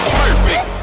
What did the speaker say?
perfect